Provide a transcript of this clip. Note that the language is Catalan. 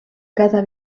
cada